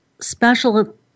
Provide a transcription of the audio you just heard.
special